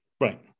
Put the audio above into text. Right